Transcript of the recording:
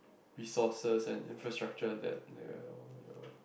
resources and infrastructure that narrow